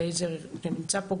לייזר שנמצא פה,